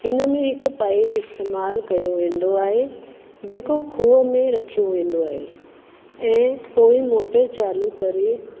हिन में हिक पाइप इस्तेमालु कयो वेंदो आहे जेको खूअ में रखियो वेंदो आहे ऐं पोइ मोटर चालूं करे